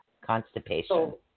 Constipation